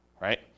right